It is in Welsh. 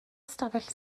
ystafell